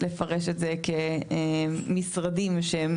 לפרש את זה כמשרדים שהם